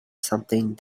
something